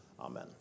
Amen